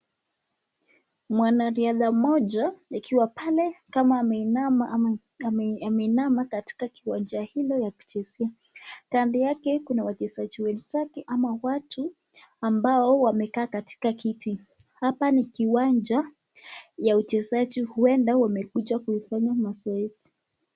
Wanariadha mmoja akiwa pale ameinama katika kiwanja hiyo ya kuchezea. Kando yake kuna wachezaji au watu ambao wamekaa katika kiti. Hapa ni kiwanja ya uchezaji huenda wamekuja kufanya mazoezi.